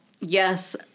Yes